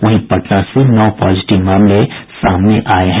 वहीं पटना से नौ पॉजिटिव मामले सामने आये हैं